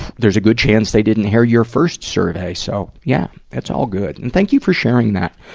there's a good chance they didn't hear your first survey. so, yeah, that's all good. and thank you for sharing that,